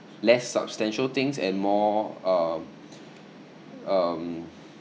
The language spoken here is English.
less substantial things and more uh um